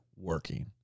working